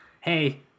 hey